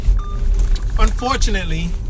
unfortunately